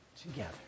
together